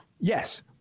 Yes